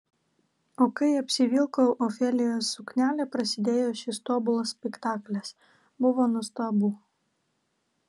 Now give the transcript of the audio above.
o kai apsivilkau ofelijos suknelę prasidėjo šis tobulas spektaklis buvo nuostabu